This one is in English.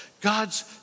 God's